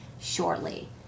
shortly